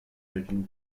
judging